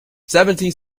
seventeen